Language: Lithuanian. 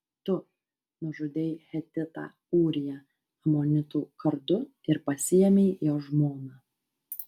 tu nužudei hetitą ūriją amonitų kardu ir pasiėmei jo žmoną